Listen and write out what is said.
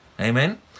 amen